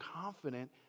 confident